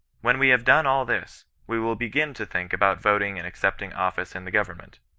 when we have done all this, we will begin to think about voting and accepting office in the government.